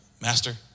Master